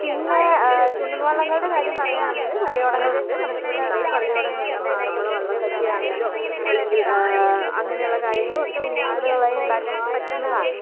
പിന്നെ ചുണ്ടൻവള്ളങ്ങളുടെ കാര്യം പറയുകയാണെങ്കിൽ പള്ളിയോടങ്ങളുണ്ട് നമുക്കിവിടെ നിറയെ പള്ളിയോടങ്ങളുണ്ട് അപ്പോൾ ആറന്മുള വള്ളസദ്യ ആണെങ്കിലോ അല്ലെങ്കിൽ അങ്ങനെയുള്ള കാര്യങ്ങളൊക്കെ മിനിയേച്ചറുകളായി ഉണ്ടാക്കാൻ പറ്റുന്നതാണ്